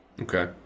Okay